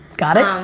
got it?